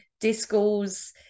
discos